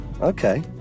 Okay